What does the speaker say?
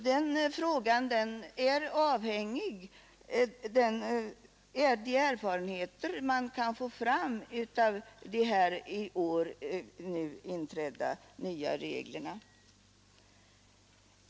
Den frågan är avhängig av de erfarenheter man kan få fram av de nu tillämpade reglerna.